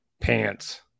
pants